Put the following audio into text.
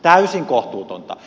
täysin kohtuutonta